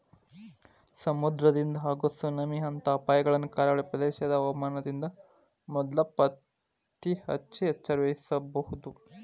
ಸಮುದ್ರದಿಂದ ಆಗೋ ಸುನಾಮಿ ಅಂತ ಅಪಾಯಗಳನ್ನ ಕರಾವಳಿ ಪ್ರದೇಶದ ಹವಾಮಾನದಿಂದ ಮೊದ್ಲ ಪತ್ತೆಹಚ್ಚಿ ಎಚ್ಚರವಹಿಸಬೊದು